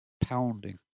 pounding